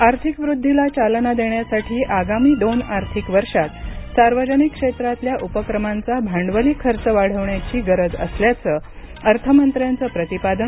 आर्थिक वृद्धीला चालना देण्यासाठी आगामी दोन आर्थिक वर्षांत सार्वजनिक क्षेत्रातल्या उपक्रमांचा भांडवली खर्च वाढवण्याची गरज असल्याचं अर्थमंत्र्यांचं प्रतिपादन